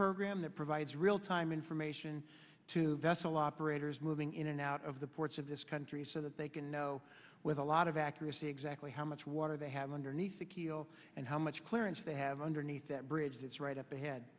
program that provides real time information to vessel operators moving in and out of the ports of this country so that they can know with a lot of accuracy exactly how much water they have underneath the keel and how much clearance they have underneath that bridge that's right up ahead